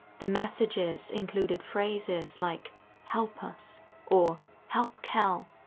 the messages included phrases like help us or help cal.